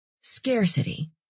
Scarcity